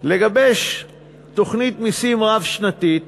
לגבש תוכנית מסים רב-שנתית